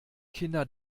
kinder